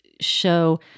show